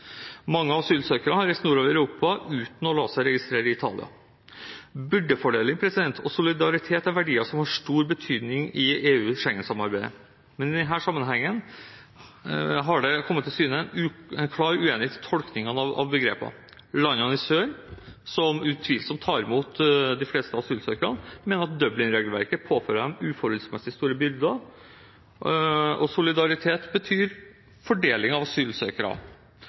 Mange asylsøkere har reist nordover i Europa uten å la seg registrere i Italia. Byrdefordeling og solidaritet er verdier som har stor betydning i EU/Schengen-samarbeidet, men i denne sammenhengen har det kommet til syne en klar uenighet i tolkningen av begrepene. Landene i sør, som utvilsomt tar imot de fleste asylsøkerne, mener at Dublin-regelverket påfører dem uforholdsmessig store byrder, og solidaritet betyr fordeling av asylsøkere.